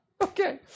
Okay